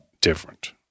different